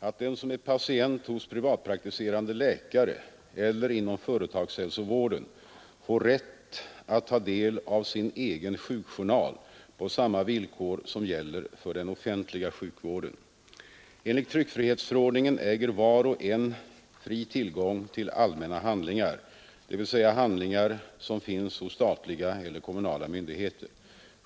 att den som är patient hos privatpraktiserande läkare eller inom företagshälsovården får rätt att ta del av sin egen sjukjournal på samma villkor som gäller för den offentliga sjukvården. Enligt tryckfrihetsförordningen äger var och en fri tillgång till allmänna handlingar, dvs. handlingar som finns hos statliga eller kommunala myndigheter.